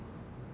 oh